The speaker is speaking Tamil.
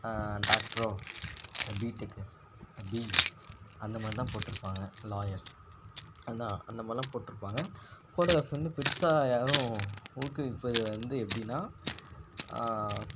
டாக்ட்ரோ பிடெக்கு பிஇ அந்த மாதிரிதான் போட்டிருப்பாங்க லாயர் அதுதான் அந்த மாதிரிலாம் போட்டிருப்பாங்க ஃபோட்டோக்ராஃபர் வந்து பெருசாக யாரும் ஊக்குவிப்பது வந்து எப்படின்னா